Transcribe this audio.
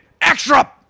Extra